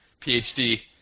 PhD